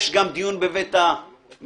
יש גם דיון בבית המשפט,